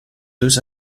deux